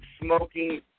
smoking